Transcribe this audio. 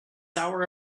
hour